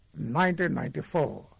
1994